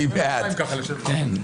לצורך העניין - רצים פה מאוד מאוד מהר.